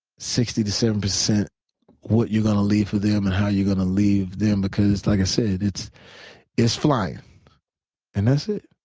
sixty to seventy percent what you're gonna leave from them and how you're gonna leave them. because like i said, it's it's flying. and that's it.